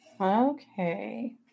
Okay